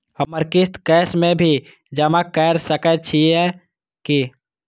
हमर किस्त कैश में भी जमा कैर सकै छीयै की?